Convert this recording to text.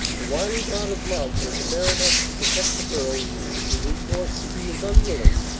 the wily god of love was fair enough to protect the girl whom he forced to be his unwilling,